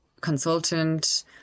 consultant